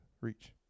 reach